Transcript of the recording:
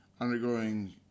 undergoing